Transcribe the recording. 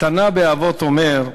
התנא באבות אומר: